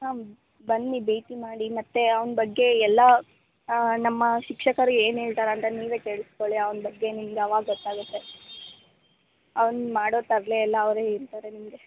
ಹಾಂ ಬನ್ನಿ ಭೇಟಿ ಮಾಡಿ ಮತ್ತು ಅವ್ನ ಬಗ್ಗೆ ಎಲ್ಲ ನಮ್ಮ ಶಿಕ್ಷಕರು ಏನು ಹೇಳ್ತಾರ್ ಅಂತ ನೀವೇ ಕೇಳಿಸ್ಕೊಳ್ಳಿ ಅವ್ನ ಬಗ್ಗೆ ನಿಮ್ಗೆ ಅವಾಗ ಗೊತ್ತಾಗುತ್ತೆ ಅವ್ನು ಮಾಡೋ ತರಲೆ ಎಲ್ಲ ಅವ್ರೇ ಹೇಳ್ತಾರೆ ನಿಮಗೆ